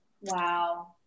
Wow